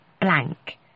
blank